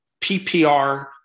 PPR